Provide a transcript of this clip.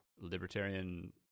libertarian